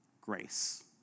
grace